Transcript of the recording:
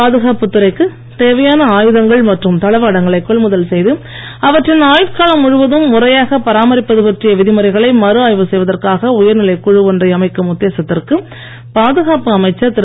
பாதுகாப்பு துறைக்கு தேவையான ஆயுதங்கள் மற்றும் தளவாடங்களை கொள்முதல் செய்து அவற்றின் ஆயுட்காலம் முழுவதும் முறையாக பராமரிப்பது பற்றிய விதிமுறைகளை மறுஆய்வு செய்வதற்காக உயர்நிலை குழு ஒன்றை அமைக்கும் உத்தேசத்திற்கு பாதுகாப்பு அமைச்சர் திரு